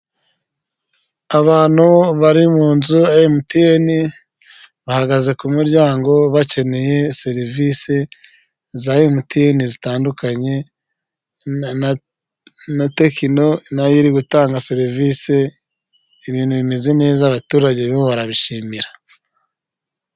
Abantu bari mu nzu ya MTN bahagaze ku muryango bakeneye serivisi za MTN zitandukanye na Tecno nayo iri gutanga serivisi ibintu bimeze neza abaturage bo barabishimira .